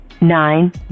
nine